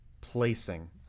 placing